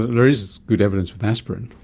there is good evidence with aspirin.